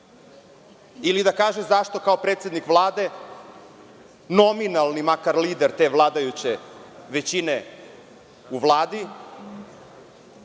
ili da kaže zašto kao predsednik Vlade, nominalnim makar lider te vladajuće većine u Vladi,